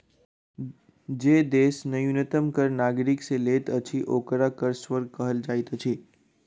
जे देश न्यूनतम कर नागरिक से लैत अछि, ओकरा कर स्वर्ग कहल जाइत अछि